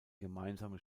gemeinsame